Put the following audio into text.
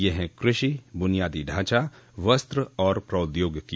ये हैं कृषि बुनियादी ढांचा वस्त्र और प्रौद्योगिकी